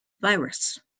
virus